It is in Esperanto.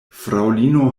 fraŭlino